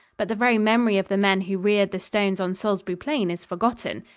but the very memory of the men who reared the stones on salisbury plain is forgotten.